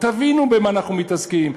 תבינו במה אנחנו מתעסקים.